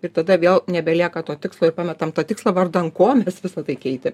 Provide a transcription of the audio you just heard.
ir tada vėl nebelieka to tikslo ir pametam tą tikslą vardan ko mes visa tai keitė